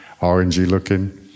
orangey-looking